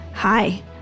Hi